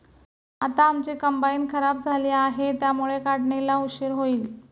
आता आमची कंबाइन खराब झाली आहे, त्यामुळे काढणीला उशीर होईल